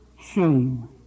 shame